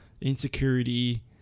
insecurity